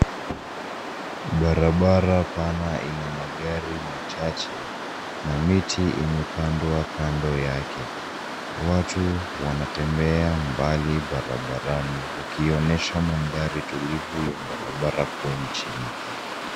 Barabara pana ina magari machache na miti imepandwa kando yake. Watu wanatembea mbali barabarani wakionyesha maathari tulivu ya barabara kuu nchini.